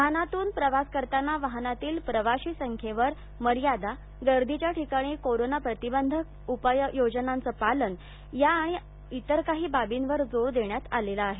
वाहनांतून प्रवास करतांना वाहनातील प्रवाशी संख्येवर मर्यादा गर्दीच्या ठिकाणी कोरोना प्रतिबंधात्मक उपाययोजनांचे पालन या आणि अन्य बाबींवर जोर देण्यात आला आहे